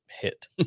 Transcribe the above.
hit